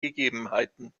gegebenheiten